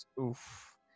oof